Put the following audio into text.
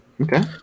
Okay